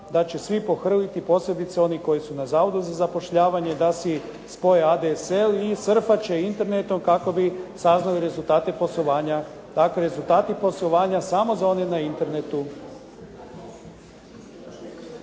da će svi pohrliti posebice oni koji su na Zavodu za zapošljavanje da si spoje ADSL i surfat će internetom kako bi saznali rezultate poslovanja. Dakle, rezultati poslovanja samo za one na internetu.